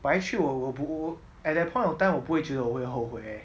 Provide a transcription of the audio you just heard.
but actually 我我不 at that point of time 我不会觉得我会后悔 leh